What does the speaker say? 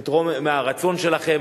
לתרום מהרצון שלכם,